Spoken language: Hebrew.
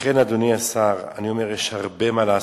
לכן, אדוני השר, אני אומר, יש הרבה מה לעשות,